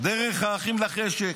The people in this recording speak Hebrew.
דרך האחים לחשק.